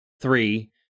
three